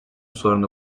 sorunu